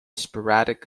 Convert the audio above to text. sporadic